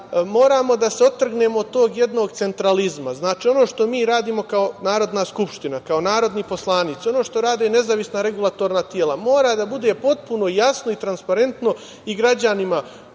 Moramo da se otrgnemo tog jednog centralizma. Znači, ono što mi radimo kao Narodna skupština, kao narodni poslanici, ono što rade nezavisna regulatorna tela, mora da bude potpuno jasno i transparentno i građanima